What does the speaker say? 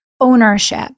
ownership